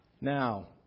Now